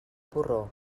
porró